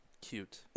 Cute